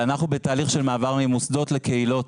אנחנו בתהליך של מעבר ממוסדות לקהילות.